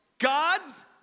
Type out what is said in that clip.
God's